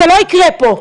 זה לא יקרה פה.